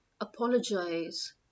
apologize